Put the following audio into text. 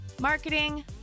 marketing